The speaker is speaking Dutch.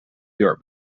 deur